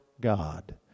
God